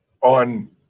on